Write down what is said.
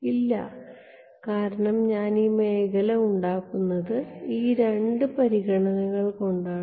ഇല്ല കാരണം ഞാൻ ഈ മേഖല ഉണ്ടാക്കുന്നത് ഈ രണ്ട് പരിഗണനകൾ കൊണ്ടാണ്